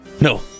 No